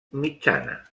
mitjana